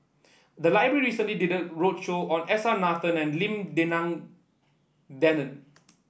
the library recently did a roadshow on S R Nathan and Lim Denan Denon